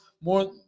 more –